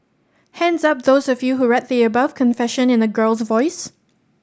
hands up those of you who read the above confession in a girl's voice